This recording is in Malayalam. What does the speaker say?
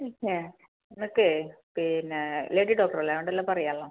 പിന്നെ എനിക്ക് പിന്നെ ലേഡി ഡോക്ടറല്ലേ അത്കൊണ്ട് എല്ലാം പറയാലോ